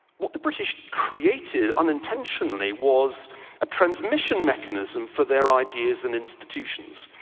what the british created unintentionally was a transmission mechanism for their ideas and institutions.